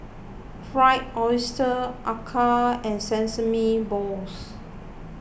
Fried Oyster Acar and Sesame Balls